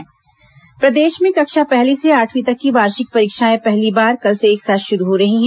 परीक्षा समय सारिणी प्रदेश में कक्षा पहली से आठवीं तक की वार्षिक परीक्षाएं पहली बार कल से एक साथ शुरू हो रही हैं